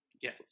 Yes